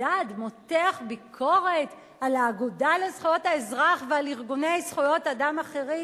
אלדד מותח ביקורת על האגודה לזכויות האזרח ועל ארגוני זכויות אדם אחרים.